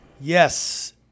Yes